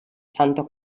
santo